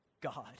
God